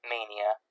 Mania